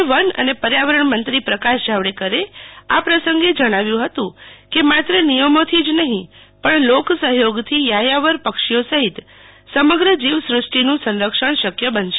કેન્દ્રિય વન અને પર્યાવરણ મંત્રી પ્રકાશ જાવડેકરે આ પ્રસંગે જણાવ્યું હતું કે માત્ર નિયમોથી જ નહીં પણ લોકસહયોગથી યાયાવર પક્ષીઓ સહિત સમગ્ર જીવ સૃષ્ટિનું સંરક્ષણ શક્ય બનશે